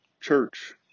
church